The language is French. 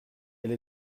elle